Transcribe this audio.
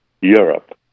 Europe